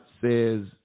says